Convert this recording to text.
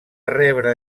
rebre